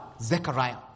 Zechariah